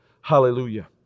Hallelujah